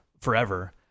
forever